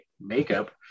makeup